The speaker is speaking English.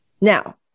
Now